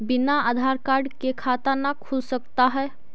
बिना आधार कार्ड के खाता न खुल सकता है?